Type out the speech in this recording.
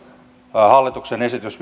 hallituksen esitys